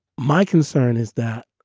my concern is that.